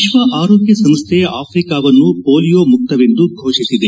ವಿಷ್ವ ಆರೋಗ್ಯ ಸಂಸ್ಥೆ ಆಫ್ರಿಕಾವನ್ನು ಪೊಲೀಯೋ ಮುಕ್ತವೆಂದು ಘೋಷಿಸಿದೆ